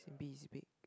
as in B is big